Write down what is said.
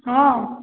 ହଁ